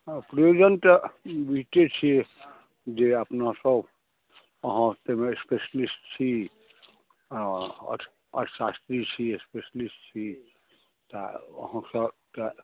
situation तऽ बुझिते छियै जे अपनासभ अहाँ ताहिमे स्पेशलिस्ट छी आ अर्थशास्त्री छी स्पेशलिस्ट छी तऽ अहाँसभकेँ